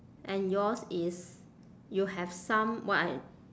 and yours is you have some what I